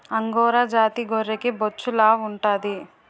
angora జాతి గొర్రెకి బొచ్చు లావుంటాది